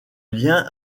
lien